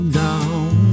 down